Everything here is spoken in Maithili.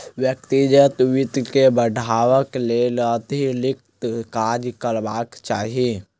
व्यक्तिगत वित्त के बढ़यबाक लेल अतिरिक्त काज करबाक चाही